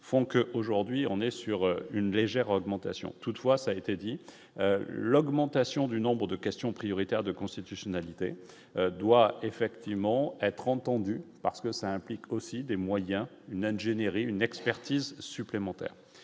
font qu'aujourd'hui on est sur une légère augmentation, toutefois, ça a été dit, l'augmentation du nombre de questions prioritaires de constitutionnalité doit effectivement être entendu parce que ça implique aussi des moyens, une ingénierie une expertise supplémentaire